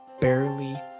barely